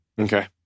Okay